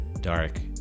dark